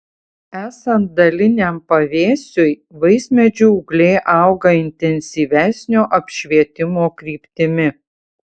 esant daliniam pavėsiui vaismedžių ūgliai auga intensyvesnio apšvietimo kryptimi